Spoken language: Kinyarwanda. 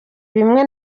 bimwe